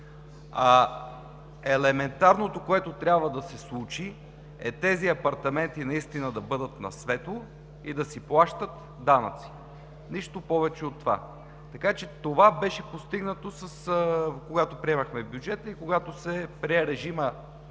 Елементарното, което трябва да се случи, е тези апартаменти наистина да бъдат на светло и да се плащат данъците. Нищо повече от това. Това беше постигнато, когато приемахме бюджета и когато се прие режимът на